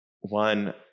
one